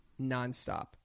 nonstop